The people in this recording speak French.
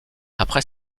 après